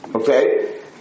Okay